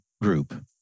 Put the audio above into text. group